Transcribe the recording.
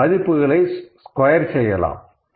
இந்த மதிப்புகளை ஸ்கொயர் செய்யலாம்